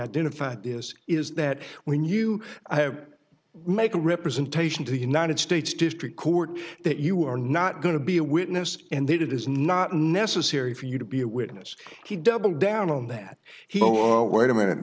identified this is that when you make a representation to the united states district court that you are not going to be a witness and they did is not necessary for you to be a witness he doubled down on that he wait a minute